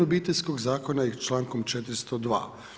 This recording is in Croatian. Obiteljskog zakona i čl. 402.